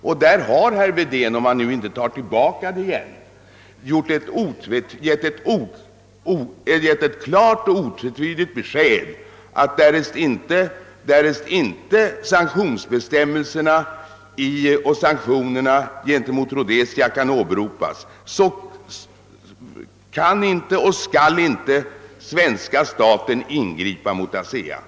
Om herr Wedén inte tar tillbaka vad han sagt har han givit ett klart och otvetydigt besked om att därest inte sanktionsbestämmelserna och sanktionerna gentemot Rhodesia kan åberopas, skall och kan inte den svenska staten ingripa mot ASEA.